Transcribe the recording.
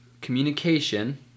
communication